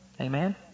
Amen